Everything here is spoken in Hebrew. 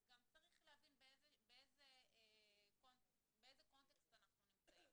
אז צריך להבין באיזה קונטקסט אנחנו נמצאים.